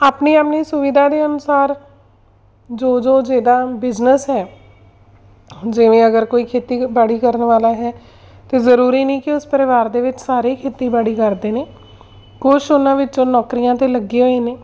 ਆਪਣੀ ਆਪਣੀ ਸੁਵਿਧਾ ਦੇ ਅਨੁਸਾਰ ਜੋ ਜੋ ਜਿਹਦਾ ਬਿਜਨਸ ਹੈ ਜਿਵੇਂ ਅਗਰ ਕੋਈ ਖੇਤੀਬਾੜੀ ਕਰਨ ਵਾਲਾ ਹੈ ਤਾਂ ਜ਼ਰੂਰੀ ਨਹੀਂ ਕਿ ਉਸ ਪਰਿਵਾਰ ਦੇ ਵਿੱਚ ਸਾਰੇ ਖੇਤੀਬਾੜੀ ਕਰਦੇ ਨੇ ਕੁਛ ਉਹਨਾਂ ਵਿੱਚੋਂ ਨੌਕਰੀਆਂ 'ਤੇ ਲੱਗੇ ਹੋਏ ਨੇ